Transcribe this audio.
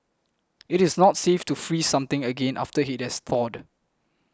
it is not safe to freeze something again after it has thawed